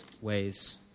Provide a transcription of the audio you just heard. ways